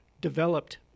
developed